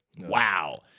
Wow